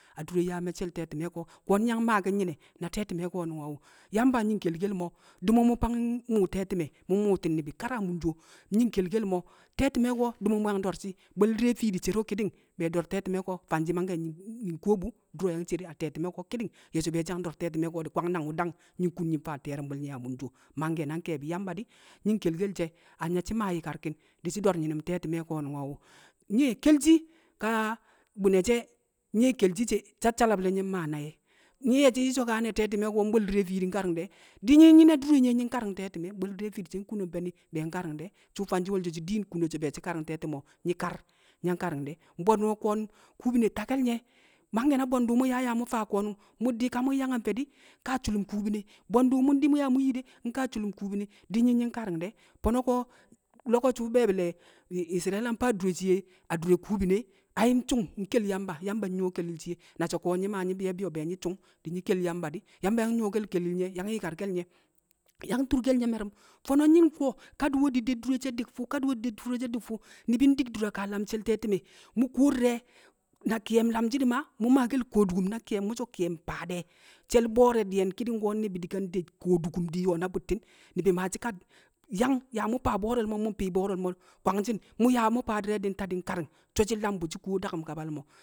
adure yaa me̱cce̱l te̱ti̱me̱. Ko̱ nyi̱ yang maaki̱n nyi̱ne̱ na te̱ti̱me̱ ko̱nu̱ngo̱? Yamba nyi̱ nkelkel mo̱, di̱ mu̱ mu̱ fang mu̱u̱ te̱ti̱me̱, mu̱ mmu̱u̱ti̱n ni̱bi̱ kar a munso, nyi̱ nkelkel mo̱, te̱ti̱me̱ ko̱ di̱ mu̱ mu̱ yang do̱rshi̱, bwe̱l di̱re̱ fiidi cero ƙɪdɪng be̱e̱ do̱r te̱ti̱me̱ ko̱ fanshi̱ mangke̱ mi̱ nkuwo bu du̱ro̱ yang cere a te̱ti̱me̱ ko̱ ki̱di̱ng ye̱ so̱ be̱e̱ shi̱ yang do̱r te̱ti̱me̱ ko̱ di̱ kwang nang wu̱ dang nyi̱ nkun nyi̱ mfaa ti̱ye̱ru̱mbu̱l nye̱ a munso mangkẹ na nke̱e̱bi̱ Yamba di̱ Nyi̱ nkelkel she̱ anya shi̱ maa yi̱karki̱n di̱ shi̱ do̱r nyi̱nu̱m te̱ti̱me̱ ko̱. Nyi̱ e̱ kelshi, kaa bu̱ne̱ she̱ nye̱ kelshi she, sassalab le̱ nye̱ mmaa nai̱ e̱. Nyi̱ ye̱shi̱ nyi̱ so̱kane̱ te̱ti̱me̱ ko̱ mbwe̱l di̱re̱ fiidi nkari̱ng de̱, di̱ nyi̱ nyi̱ na dure nye̱ nyi̱ nkari̱ng te̱ti̱me̱, bwe̱l di̱re̱ fiidi she nkuno mfe̱ ni̱ be̱e̱ nkari̱ng de̱, su̱u̱ fanshi̱ wo̱lsho̱ shi̱ diin so̱ be̱e̱ shi̱ kari̱ng te̱ti̱me̱ o̱? Nyi̱ kar nyi̱ nkari̱ng de̱. Mbwe̱ndu̱ ko̱n kukune take̱l nye̱ Mangkẹ na bwe̱ndu̱ mu̱ yaa yya mu̱ faa ko̱nu̱ng, mu̱ di̱ka mu̱ nyang a mfe̱ di̱, nkaa su̱lu̱m kukune. Bwe̱ndu̱ mu̱ ndi̱m nyaa mu̱ nyi de, nkaa su̱lu̱m kukune. Di̱ nyi̱ nyi̱ nkari̱ng de̱. Fo̱no̱ ko̱ lo̱ko̱su̱ be̱e̱bi̱ le̱ Yi̱s isre̱la mfa dure shiye a kubine, ai nsu̱ng nkel Yamba, Yamba nyu̱wo̱ kelil shiye Na so̱ ko̱ nyi̱ maa nyi̱ bi̱yo̱ bịyo̱ be̱e̱ nyi̱ su̱ng di̱ nyi̱ kel Yamba di̱, Yamba yang nyu̱wo̱ke̱l kelil nye̱ yang yi̱karke̱l nye̱, yang turkel nye̱ me̱ru̱m. Fo̱no̱ nyi̱ nku̱wo̱. Kadi̱we̱di̱ de dure she̱ di̱k fu̱, kadi̱we̱di̱ de dure she̱ di̱k fu̱. Ni̱bi̱ ndi̱k dure shiye a lam she̱l te̱ti̱me̱. Mu̱ kuwo di̱re̱ na ki̱ye̱m lamshi̱ di̱ maa mu̱ so̱ ki̱ye̱m faa de̱ She̱l bo̱o̱re̱ di̱ye̱n mangke̱ ni̱bi̱ di̱ ka nde kwodukum di̱ nyo̱o̱ na bu̱tti̱n. Ni̱bi̱ maashi̱ ka yang yaa mu̱ faa bo̱o̱rẹl mo̱ mu̱ mfi̱i̱ bo̱o̱re̱l mo̱ kwangshi̱n, mu̱ yaa mu̱ faa di̱re̱ di̱ nta di̱ nkari̱ng, so̱ shi̱nlam bu̱ mu̱ shi̱ kuwo daku̱m kabal mo̱